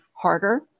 harder